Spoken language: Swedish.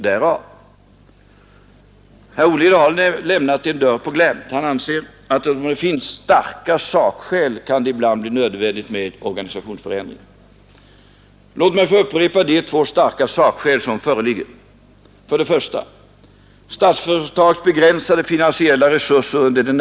Märkvärdigare är inte den här historien, som herr Burenstam Linder tycker att han skall göra ett stort nummer av. Sedan diskuterade herr Burenstam Linder Statsföretags bokslut 1971.